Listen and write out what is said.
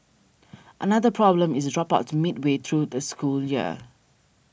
another problem is dropouts midway through the school year